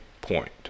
point